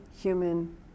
human